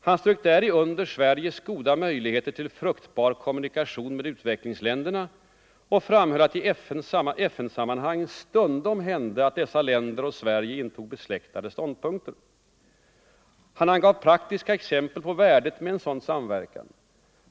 Han strök däri under Sveriges goda möjligheter till fruktbar kommunikation med utvecklingsländerna och framhöll att det i FN-sammanhang stundom hände att dessa länder och Sverige intog ”besläktade ståndpunkter”. Han angav praktiska exempel på värdet av en sådan samverkan.